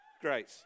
Great